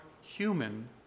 human